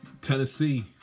Tennessee